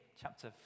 chapter